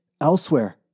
elsewhere